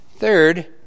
Third